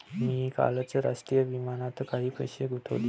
मी कालच राष्ट्रीय विम्यात काही पैसे गुंतवले